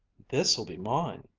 this'll be mine.